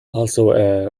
also